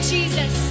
Jesus